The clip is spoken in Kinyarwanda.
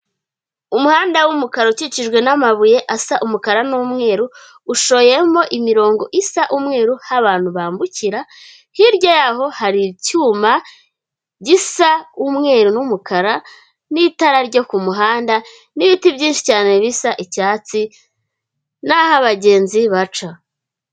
Umuhanda w'umukara ukikijwe n'amabuye asa umukara n'umweru, ucoyemo imirongo isa umweru aho abantu bambukira, hirya yaho hari icyuma gisa umweru n'umukara n'itara ryo ku muhanda n'ibiti byinshi cyane bisa icyatsi n'aho abagenzi baca.